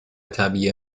طبیعی